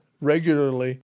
regularly